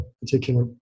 particular